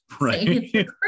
Right